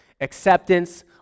acceptance